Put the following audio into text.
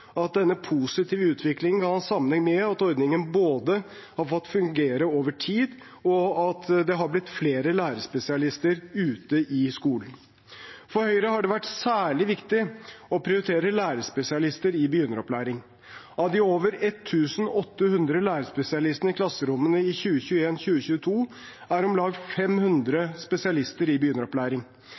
at denne positive utviklingen både kan ha sammenheng med at ordningen har fått fungere over tid, og at det har blitt flere lærerspesialister ute i skolen. For Høyre har det vært særlig viktig å prioritere lærerspesialister i begynneropplæring. Av de over 1 800 lærerspesialistene i klasserommene i 2021–2022 er om lag 500 spesialister i begynneropplæring.